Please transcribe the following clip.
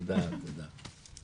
תודה, תודה.